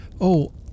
Oh